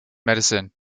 medicine